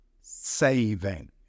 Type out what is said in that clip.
saving